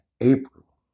April